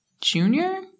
junior